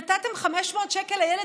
נתתם 500 שקל לילד,